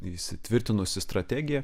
įsitvirtinusi strategija